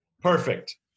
Perfect